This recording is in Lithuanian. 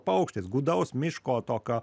paukštis gūdaus miško to ką